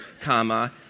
comma